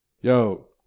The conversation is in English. yo